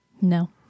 no